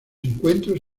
encuentros